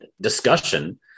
discussion